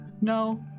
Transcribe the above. No